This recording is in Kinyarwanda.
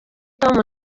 tom